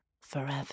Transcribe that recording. Forever